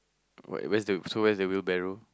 what where's the so where is the wheelbarrow